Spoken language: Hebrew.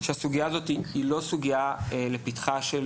שהסוגיה הזאת היא לא סוגיה לפתחה של